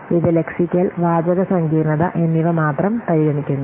ഇത് ലെക്സിക്കൽ വാചക സങ്കീർണ്ണത എന്നിവ മാത്രം പരിഗണിക്കുന്നു